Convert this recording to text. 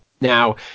Now